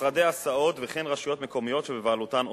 משרדי הסעות וכן רשויות מקומיות שבבעלותן אוטובוס.